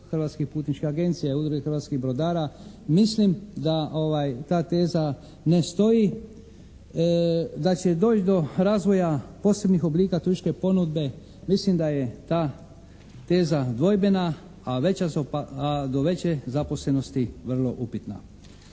hrvatskih putničkih agencija, Udruge hrvatskih brodara, mislim da ta teza ne stoji, da će doći do razvoja posebnih oblika turističke ponude. Mislim da je ta teza dvojbena, a do veće zaposlenosti vrlo upitna.